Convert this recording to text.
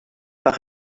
par